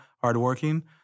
hardworking